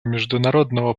международного